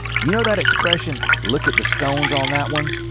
you know that expression look at the stones on that one?